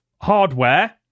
hardware